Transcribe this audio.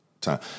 time